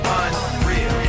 unreal